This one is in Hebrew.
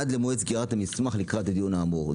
עד למועד סגירת המסמך לקראת הדיון האמור.